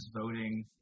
voting